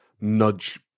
nudge